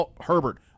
Herbert